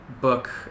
book